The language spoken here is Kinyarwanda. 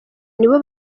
nibo